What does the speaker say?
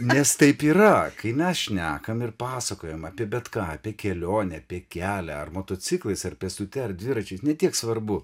nes taip yra kai mes šnekam ir pasakojam apie bet ką apie kelionę apie kelią ar motociklais ar pėstute ar dviračiais ne tiek svarbu